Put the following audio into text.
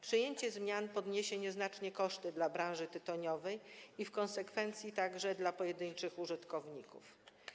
Przyjęcie zmian podniesie nieznacznie koszty dla branży tytoniowej i w konsekwencji także dla pojedynczych użytkowników.